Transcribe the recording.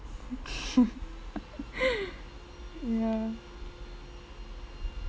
ya